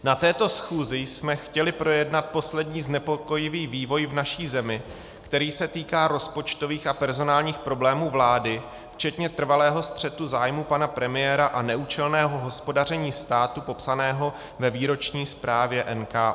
Na této schůzi jsme chtěli projednat poslední znepokojivý vývoj v naší zemi, který se týká rozpočtových a personálních problémů vlády, včetně trvalého střetu zájmů pana premiéra a neúčelného hospodaření státu popsaného ve výroční zprávě NKÚ.